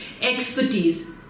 expertise